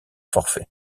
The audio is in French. forfait